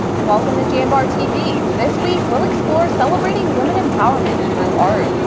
welcome to jambar tv. this week we'll explore celebrating women empowerment through art.